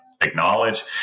Acknowledge